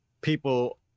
people